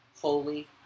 holy